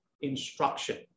instruction